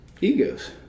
Egos